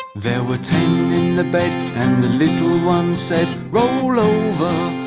there were ten in the bed and the little one said roll over,